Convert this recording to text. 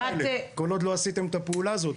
האלה כל עוד לא עשיתם את הפעולה הזאת,